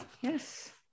Yes